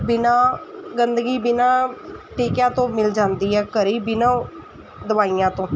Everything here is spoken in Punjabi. ਬਿਨ੍ਹਾਂ ਗੰਦਗੀ ਬਿਨ੍ਹਾਂ ਟੀਕਿਆਂ ਤੋਂ ਮਿਲ ਜਾਂਦੀ ਹੈ ਘਰ ਬਿਨ੍ਹਾਂ ਦਵਾਈਆਂ ਤੋਂ